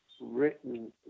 written